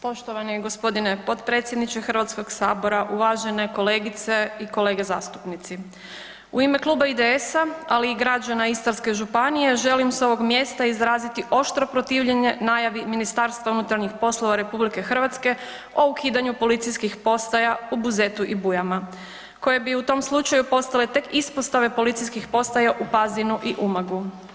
Poštovani gospodine potpredsjedniče Hrvatskog sabora, uvažene kolegice i kolege zastupnici, u ime Kluba IDS-a ali i građana Istarske županije želim s ovog mjesta izraziti oštro protivljenje najavi MUP-a o ukidanju policijskih poslova u Buzetu i Bujama koje bi u tom slučaju postale tek ispostave policijskih postaja u Pazinu i Umagu.